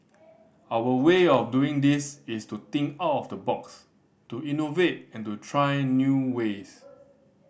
our way of doing this is to think out of the box to innovate and to try new ways